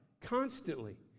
constantly